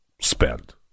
spend